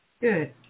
good